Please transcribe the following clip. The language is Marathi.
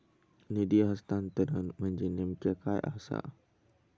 निधी हस्तांतरण म्हणजे नेमक्या काय आसा?